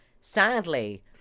Sadly